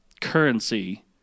currency